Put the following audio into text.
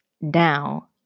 Now